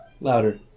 Louder